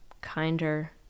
kinder